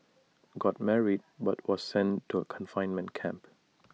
got married but was sent to A confinement camp